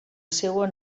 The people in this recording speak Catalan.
seua